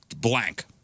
blank